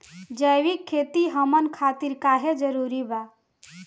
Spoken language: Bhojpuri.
जैविक खेती हमन खातिर काहे जरूरी बा?